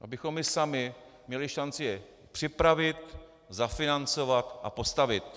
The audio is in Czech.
Abychom my sami měli šanci je připravit, zafinancovat a postavit.